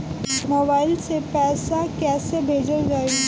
Mobile से पैसा कैसे भेजल जाइ?